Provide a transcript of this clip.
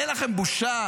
אין לכם בושה?